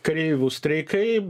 kareivių streikai